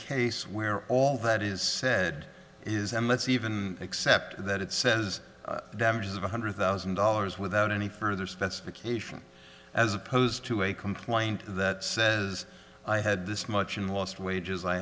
case where all that is said is let's even accept that it says damages of one hundred thousand dollars without any further specification as opposed to a complaint that says i had this much in lost wages i